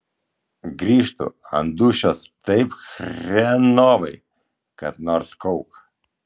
grįžtu ant dūšios taip chrenovai kad nors kauk